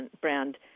brand